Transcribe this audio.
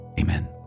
amen